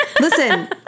Listen